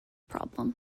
problem